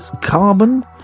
carbon